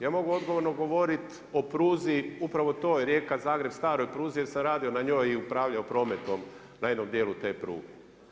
Ja mogu odgovorno govoriti o pruzi upravo toj Rijeka-Zagreb, staroj pruzi, jer se radilo na njoj i upravljalo prometom u jednom dijelu te pruge.